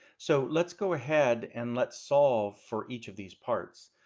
so let's go ahead and let's solve for each of these parts.